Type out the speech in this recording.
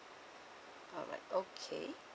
alright okay